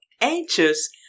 anxious